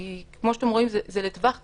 כי כמו שאתם רואים זה לטווח קצר,